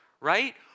right